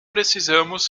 precisamos